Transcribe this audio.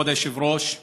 כבוד היושב-ראש,